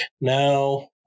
now